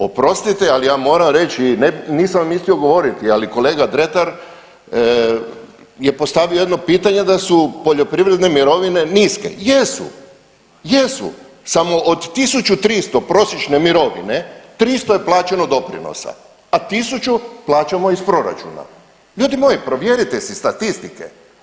Oprostite, ali ja moram reći, nisam mislio govoriti, ali kolega Dretar je postavio jedno pitanje da su poljoprivredne mirovine niske, jesu, jesu, samo od 1.300 prosječne mirovine 300 je plaćeno doprinosa, a 1000 plaćamo iz proračuna, ljudi moji provjerite si statistike.